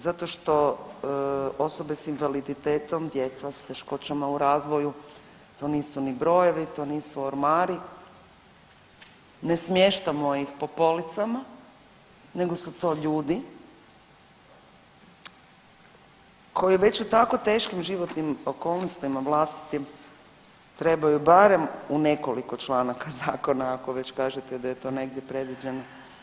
Zato što osobe s invaliditetom, djeca s teškoćama u razvoju, to nisu ni brojevi, to nisu ormari, ne smještamo ih po policama nego su to ljudi koji već u tako teškim životnim okolnostima vlastitim trebaju barem u nekoliko članaka zakona, ako već kažete da je to negdje predviđeno.